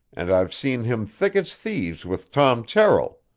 and i've seen him thick as thieves with tom terrill,